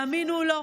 ותאמינו או לא,